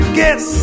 guess